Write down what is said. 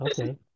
okay